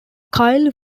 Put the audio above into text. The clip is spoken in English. kyle